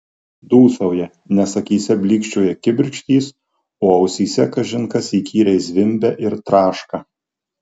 dūsauja nes akyse blykčioja kibirkštys o ausyse kažin kas įkyriai zvimbia ir traška